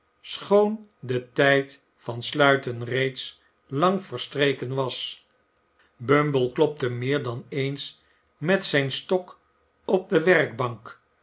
schoon de tijd van sluiten reeds lang verstreken was bumble klopte meer dan eens met zijn stok op de werkbank